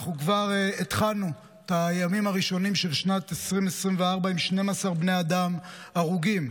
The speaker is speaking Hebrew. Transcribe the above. כבר התחלנו את הימים הראשונים של שנת 2024 עם 12 בני אדם הרוגים,